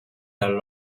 are